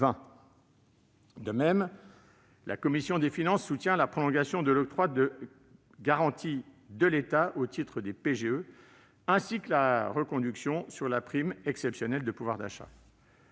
De même, la commission des finances soutient la prolongation de l'octroi de garantie de l'État au titre des PGE, ainsi que la reconduction de la prime exceptionnelle de pouvoir d'achat